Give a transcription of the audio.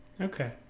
okay